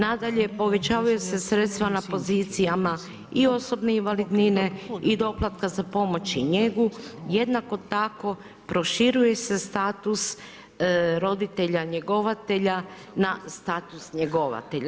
Nadalje, povećavaju se sredstva na pozicijama i osobne invalidnine i doplatka za pomoć i njegu, jednako tako proširuje se status roditelja njegovatelja na status njegovatelja.